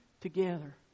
together